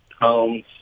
homes